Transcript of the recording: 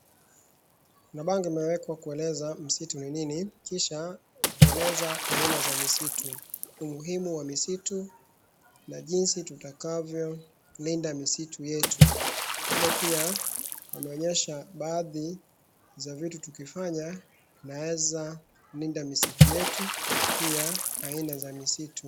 kuna bango imewekwa kueleza msitu ni nini, kisha kueleza aina za misitu, umuhimu wa misitu, na jinsi tutakavyo linda misitu yetu. Pale pia, wameonyesha baadhi za vitu tukifanya, tunaeza linda misitu yetu, pia aina za misitu.